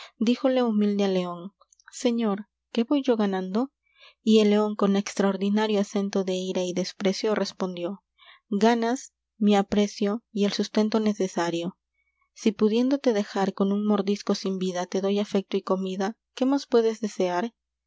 dijole humilde al león señor q u é voy yo ganando y el león con extraordinario acento de ira y desprecio respondió ganas m i aprecio y el sustento necesario si pudiéndote dejar con un mordisco sin vida te doy afecto y comida qué m á s puedes desear